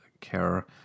care